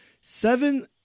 seven